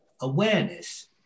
awareness